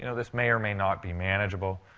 you know this may or may not be manageable.